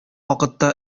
вакытта